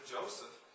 Joseph